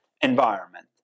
environment